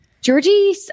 Georgie